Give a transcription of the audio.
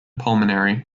pulmonary